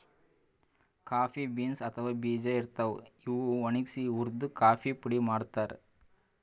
coffee beans ಅಥವಾ ಬೀಜಾ ಇರ್ತಾವ್, ಇವ್ ಒಣಗ್ಸಿ ಹುರ್ದು ಕಾಫಿ ಪುಡಿ ಮಾಡ್ತಾರ್